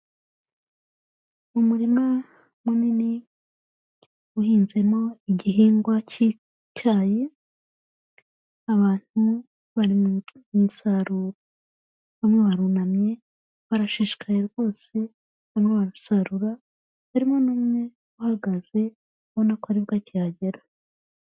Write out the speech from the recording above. Umurima munini uhinzemo igihingwa cy'icyayi, abantu bari mu isarura. Bamwe barunamye, barashishikaye rwose barimo barasarura, harimo n'umwe uhagaze, ubona ko aribwo akihagera.